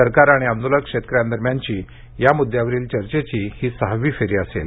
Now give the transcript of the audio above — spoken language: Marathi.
सरकार आणि आंदोलक शेतकऱ्यांदरम्यानची या म्द्यावरील चर्चेची ही सहावी फेरी असेल